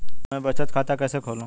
मैं बचत खाता कैसे खोलूं?